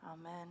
Amen